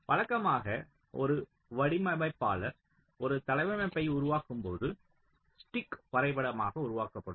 வழக்கமாக ஒரு வடிவமைப்பாளர் ஒரு தளவமைப்பை உருவாக்கும்போது ஸ்டிக் வரைபடமாக உருவாக்கப்படும்